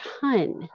ton